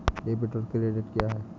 Debit और credit क्या है?